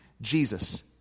Jesus